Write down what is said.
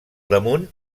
damunt